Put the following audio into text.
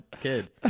kid